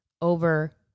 over